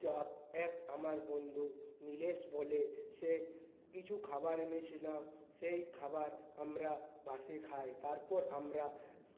এক আমার বন্ধু নীলেশ বলে সে কিছু খাবার এনেছিল সেই খাবার আমরা বাসে খাই তারপর আমরা